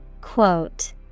Quote